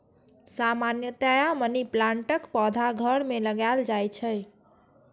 सामान्यतया मनी प्लांटक पौधा घर मे लगाएल जाइ छै